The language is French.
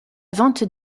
vente